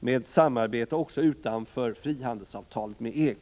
med ett samarbete också utanför frihandelsavtalet med EG.